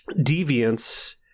deviance